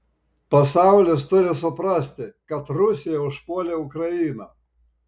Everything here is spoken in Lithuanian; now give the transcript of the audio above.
pasaulis turi suprasti kad rusija užpuolė ukrainą